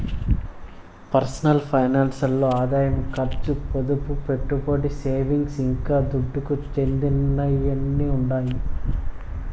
ఈ personal finance ల్ల ఆదాయం కర్సు, పొదుపు, పెట్టుబడి, సేవింగ్స్, ఇంకా దుడ్డుకు చెందినయ్యన్నీ ఉండాయి